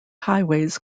highways